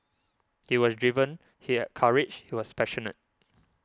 he was driven he had courage he was passionate